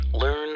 Learn